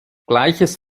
gleiches